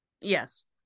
Yes